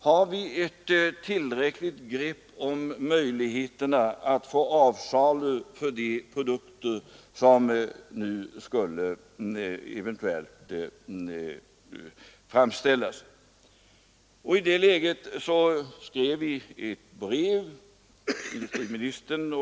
Har vi ett tillräckligt grepp om möjligheterna att sälja de produkter som nu eventuellt skall framställas? I det läget skrev jag på regeringens vägnar ett brev till Statsföretag.